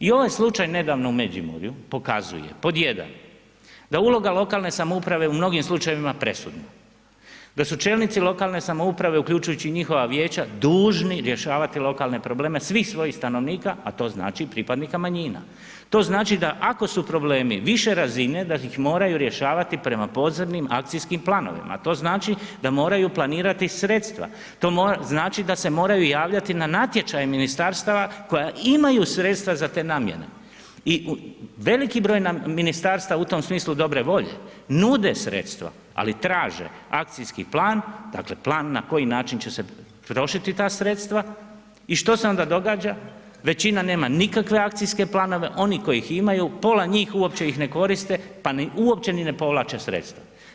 I ovaj slučaj nedavno u Međimurju pokazuje pod jedan, da uloga lokalne samouprave u mnogim slučajevima je presudna, da su čelnici lokalne samouprave uključujući i njihova vijeća, dužni rješavati lokalne probleme svih svojih stanovnika a to znači i pripadnika manjina, to znači ako su problemi više razine, da ih moraju rješavati prema pozornim akcijskim planovima a to znači da moraju planirati sredstva, to znači da se moraju javljati na natječaj ministarstava koja imaju sredstva za te namjene i veliki broj ministarstava u tom smislu dobre volje nude sredstva ali traže akcijski plan, dakle plan na koji način će se trošiti ta sredstva i što se onda događa, većina nema nikakve akcijske planove, oni kojih imaju, pola njih uopće ih ne koriste pa uopće ni ne povlače sredstva.